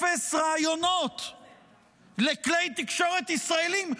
אפס ראיונות לכלי תקשורת ישראליים,